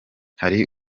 hari